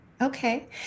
Okay